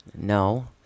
No